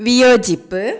വിയോജിപ്പ്